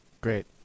Great